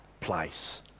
place